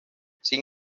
sin